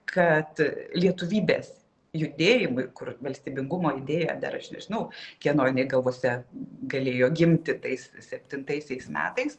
kad lietuvybės judėjimui kur valstybingumo idėja dar aš nežinau kieno galvose galėjo gimti tais septintaisiais metais